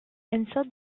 insert